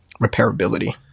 repairability